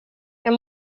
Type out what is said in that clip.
jag